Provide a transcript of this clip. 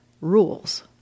rules